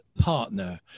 partner